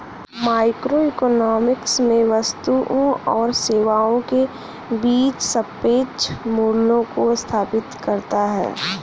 microeconomics में वस्तुओं और सेवाओं के बीच सापेक्ष मूल्यों को स्थापित करता है